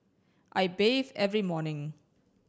I bathe every morning